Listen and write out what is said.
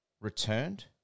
returned